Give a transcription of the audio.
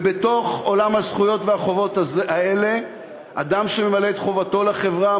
ובתוך עולם הזכויות והחובות האלה אדם שממלא את חובתו לחברה,